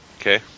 Okay